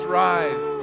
rise